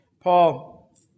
Paul